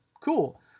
cool